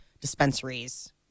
dispensaries